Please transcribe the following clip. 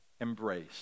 embrace